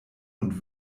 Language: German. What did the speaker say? und